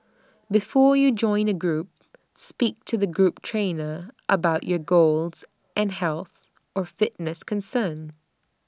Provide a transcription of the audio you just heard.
before you join A group speak to the group trainer about your goals and health or fitness concerns